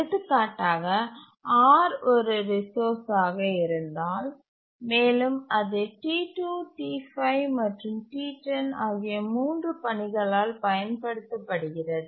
எடுத்துக்காட்டாக R ஒரு resource ஆக இருந்தால் மேலும் அது T2 T5 மற்றும் T10 ஆகிய 3 பணிகளால் பயன்படுத்தப்படுகிறது